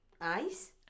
Eyes